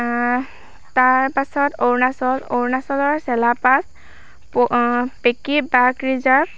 তাৰপাছত অৰুণাচল অৰুণাচলৰ চেলাপাচ পেকী বাগ ৰিজাৰ্ভ